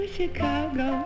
Chicago